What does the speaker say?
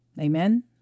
Amen